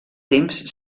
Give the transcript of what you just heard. temps